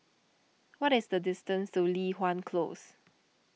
what is the distance to Li Hwan Close